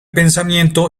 pensamiento